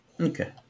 Okay